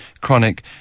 chronic